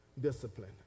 discipline